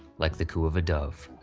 like the coo of a dove.